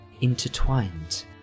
intertwined